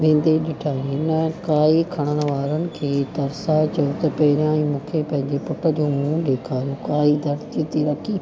वेंदे ॾिठाई हिन काई खणण वारनि खे तरिसाए चयो त पहिरियां ई मूंखे पंहिंजे पुट जो मुंहुं ॾेखारियो काई धरती ते रखी